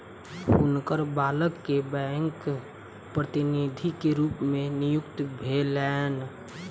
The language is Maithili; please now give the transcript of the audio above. हुनकर बालक के बैंक प्रतिनिधि के रूप में नियुक्ति भेलैन